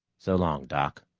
so long, doc.